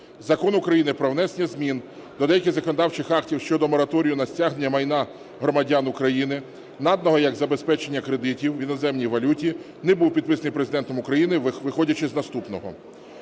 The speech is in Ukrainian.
Закон України "Про внесення змін до деяких законодавчих актів щодо мораторію на стягнення майна громадян України, наданого як забезпечення кредитів в іноземній валюті" не був підписаний Президентом України, виходячи з наступного.